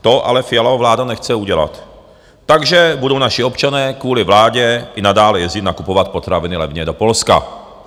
To ale Fialova vláda nechce udělat, takže budou naši občané kvůli vládě i nadále jezdit nakupovat potraviny levně do Polska.